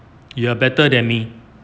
you are better than me